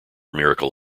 miracle